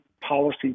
policy